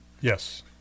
Yes